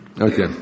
Okay